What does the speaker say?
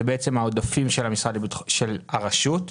אלה העודפים של הרשות.